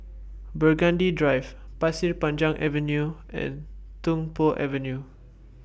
Burgundy Drive Pasir Panjang Avenue and Tung Po Avenue